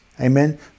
Amen